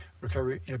recovery